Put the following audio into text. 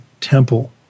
temple